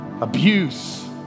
Abuse